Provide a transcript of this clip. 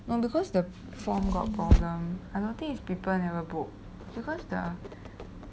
no because the form got problem I don't think it's people never book because the